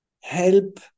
help